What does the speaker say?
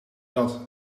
dat